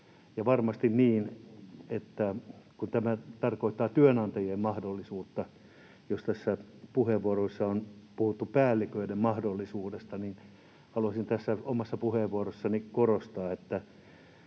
tämä tarkoittaa työnantajien mahdollisuutta — jos tässä puheenvuoroissa on puhuttu päälliköiden mahdollisuudesta — niin haluaisin tässä omassa puheenvuorossani korostaa,